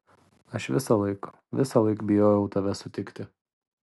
aš visąlaik visąlaik bijojau tave sutikti